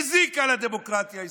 הזיקה לדמוקרטיה הישראלית,